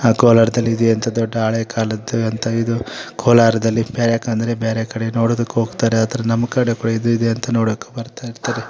ಹಾಂ ಕೋಲಾರ್ದಲ್ಲಿ ಇದು ಎಂಥ ದೊಡ್ಡ ಹಳೆಕಾಲದ್ದು ಅಂತ ಇದು ಕೋಲಾರದಲ್ಲಿ ಬೆ ಯಾಕೆಂದ್ರೆ ಬೇರೆ ಕಡೆ ನೋಡದಕ್ಕೆ ಹೋಗ್ತಾರೆ ಆದರೆ ನಮ್ಮ ಕಡೆ ಇದು ಇದೆ ಅಂತ ನೋಡಕೆ ಬರ್ತಾ ಇರ್ತಾರೆ